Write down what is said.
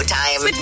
time